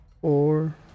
four